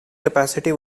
capacity